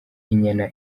inyana